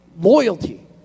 Loyalty